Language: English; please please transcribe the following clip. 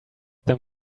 them